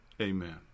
Amen